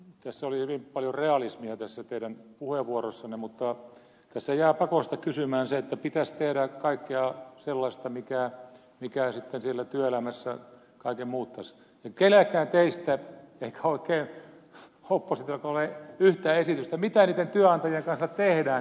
tässä teidän puheenvuorossanne oli hyvin paljon realismia mutta tässä jää pakosta kysymään sitä kun pitäisi tehdä kaikkea sellaista mikä sitten siellä työelämässä kaiken muuttaisi että ei kenelläkään teistä eikä oikein oppositiollakaan ole yhtään esitystä siitä mitä niiden työnantajien kanssa tehdään kun ne koventavat otettaan